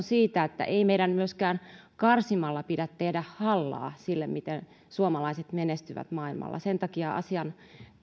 siitä että ei meidän myöskään karsimalla pidä tehdä hallaa sille miten suomalaiset menestyvät maailmalla sen takia asian